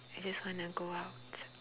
I just want to go out